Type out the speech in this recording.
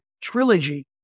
trilogy